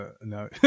No